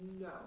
No